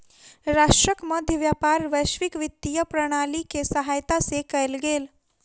राष्ट्रक मध्य व्यापार वैश्विक वित्तीय प्रणाली के सहायता से कयल गेल